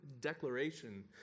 declaration